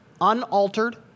unaltered